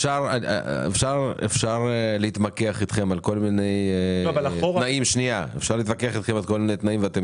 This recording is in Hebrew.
אפשר להתמקח אתכם על כל מיני תנאים ואתם